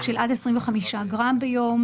של עד 25 גרם ביום.